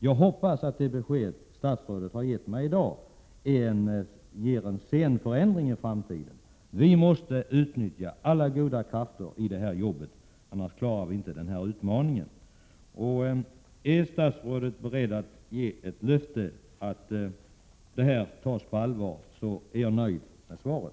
Jag hoppas att det besked som statsrådet har gett mig i dag betyder att det blir en scenförändring i framtiden. Vi måste utnyttja allas goda krafter i det här arbetet, annars klarar vi inte den utmaning som det här är fråga om. Om statsrådet ärberedd att ge löftet att vad jag berört tas på allvar är jag nöjd med svaret.